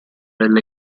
delle